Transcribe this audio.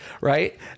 right